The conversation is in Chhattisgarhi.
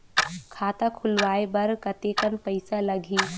खाता खुलवाय बर कतेकन पईसा लगही?